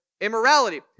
immorality